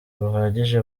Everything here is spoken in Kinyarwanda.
buhagije